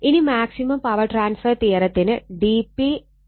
ഇനി maximum power transfer തിയറത്തിന് dP dRL 0 ആണ്